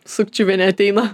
sukčiuvienė ateina